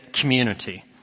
community